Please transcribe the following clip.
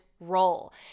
role